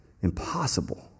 impossible